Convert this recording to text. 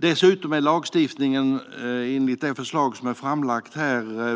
Dessutom är lagstiftningen, enligt det förslag som är framlagt,